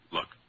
Look